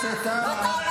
חבר הכנסת טאהא.